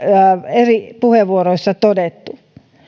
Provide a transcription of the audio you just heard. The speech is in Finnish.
eri puheenvuoroissa todettu